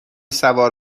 سوار